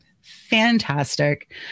fantastic